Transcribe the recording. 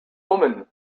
woman